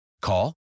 Call